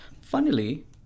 Funnily